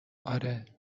آره